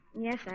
Yes